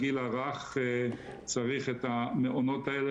הגיל הרך צריך את המעונות האלה,